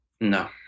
No